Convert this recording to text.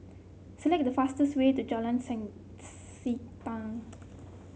select the fastest way to Jalan